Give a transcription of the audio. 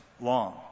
long